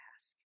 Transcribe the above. ask